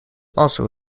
also